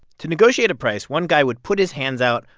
to negotiate a price, one guy would put his hands out,